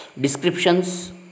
Descriptions